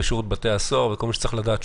שירות בתי הסוהר וכל מי שצריך לדעת,